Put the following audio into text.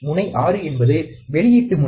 முனை 6 என்பது வெளியீட்டு முனை